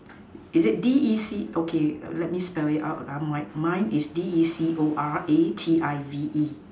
is it D E C okay let me spell it out mine mine is D E C O R A T I V E